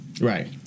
Right